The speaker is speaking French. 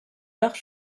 barres